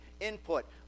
input